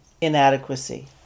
inadequacy